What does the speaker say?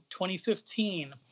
2015